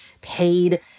paid